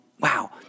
wow